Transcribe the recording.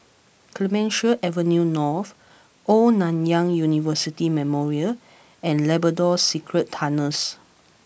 Clemenceau Avenue North Old Nanyang University Memorial and Labrador Secret Tunnels